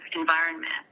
environment